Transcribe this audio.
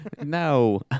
No